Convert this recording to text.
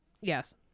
Yes